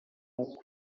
uko